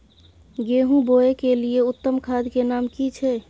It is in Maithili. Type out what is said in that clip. गेहूं बोअ के लिये उत्तम खाद के नाम की छै?